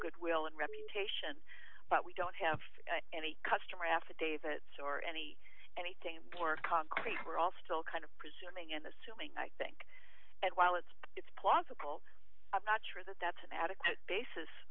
goodwill and reputation but we don't have any customer affidavits or any anything more concrete we're all still kind of presuming in the silly i think that while it's it's plausible i'm not sure that that's an adequate basis